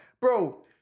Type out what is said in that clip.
Bro